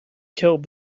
killed